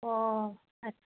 অঁ হয়